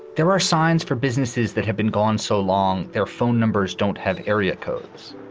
there are signs for businesses that have been gone so long their phone numbers don't have area codes,